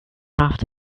laughed